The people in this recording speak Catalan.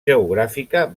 geogràfica